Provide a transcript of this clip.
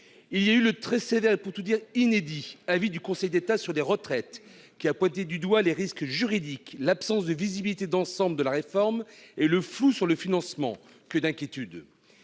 Il y a eu le très sévère et, pour tout dire, inédit avis du Conseil d'État sur les retraites, qui a pointé du doigt les risques juridiques, l'absence de visibilité d'ensemble de la réforme, ainsi que le flou qui entoure son financement. Que d'inquiétudes